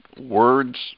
words